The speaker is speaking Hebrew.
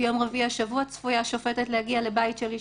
ביום רביעי השבוע צפויה שופטת להגיע לבית של אישה,